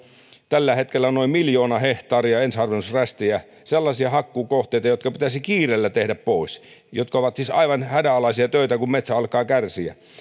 tällä hetkellä noin miljoona hehtaaria ensiharvennusrästejä sellaisia hakkuukohteita jotka pitäisi kiireellä tehdä pois jotka ovat siis aivan hädänalaisia töitä kun metsä alkaa kärsiä